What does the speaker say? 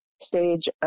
stage